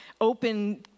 open